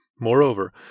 Moreover